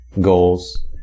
Goals